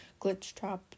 glitchtrap